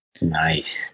Nice